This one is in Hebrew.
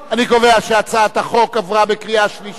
אני קובע שהצעת החוק עברה בקריאה שלישית,